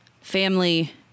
family